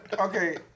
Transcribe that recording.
Okay